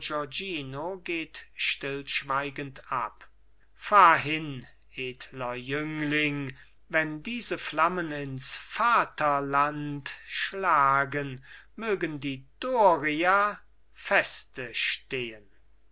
geht stillschweigend ab fahr hin edler jüngling wenn diese flammen ins vaterland schlagen mögen die doria feste stehen